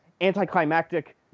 anticlimactic